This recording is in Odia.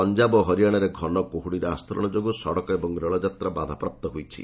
ପଞ୍ଜାବ ଓ ହରିଆଣାରେ ଘନ କୁହୁଡ଼ିର ଆସ୍ତରଣ ଯୋଗୁଁ ସଡ଼କ ଏବଂ ରେଳଯାତ୍ରା ବାଧାପ୍ରାପ୍ତ ହୋଇଛି